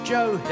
Joe